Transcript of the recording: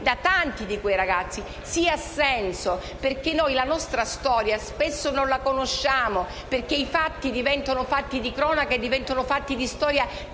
da tanti di quei ragazzi: «Sì, ha senso, perché noi la nostra storia spesso non la conosciamo, perché i fatti diventano fatti di cronaca e di storia